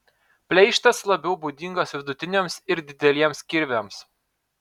pleištas labiau būdingas vidutiniams ir dideliems kirviams